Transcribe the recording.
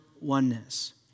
oneness